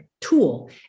tool